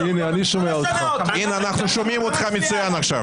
אנחנו שומעים אותך מצוין עכשיו.